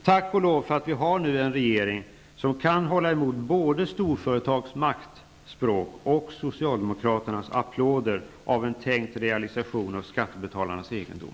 Tack och lov för att vi nu har en regering som kan hålla emot både inför storföretags maktspråk och inför socialdemokraternas applåder av en tänkt realisation av skattebetalarnas egendom.